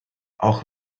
auch